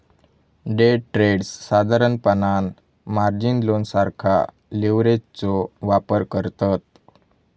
day traders साधारणपणान margin loan सारखा लीव्हरेजचो वापर करतत